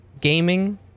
gaming